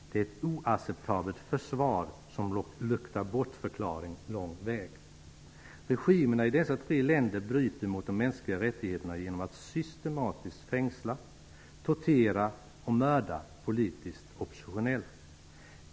Det är ett oacceptabelt försvar som luktar bortförklaring lång väg. Regimerna i dessa tre länder bryter mot de mänskliga rättigheterna genom att systematiskt fängsla, tortera och mörda politiskt oppositionella.